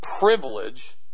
privilege